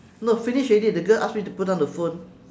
no finish already the girl ask me to put down the phone